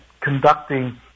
conducting